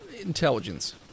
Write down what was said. Intelligence